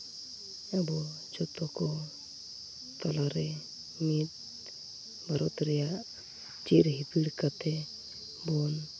ᱟᱵᱚ ᱡᱚᱛᱚ ᱠᱚ ᱛᱟᱞᱟᱨᱮ ᱢᱤᱫ ᱵᱷᱟᱨᱚᱛ ᱨᱮᱭᱟᱜ ᱪᱤᱨ ᱦᱤᱯᱤᱲ ᱠᱟᱛᱮᱫ ᱵᱚᱱ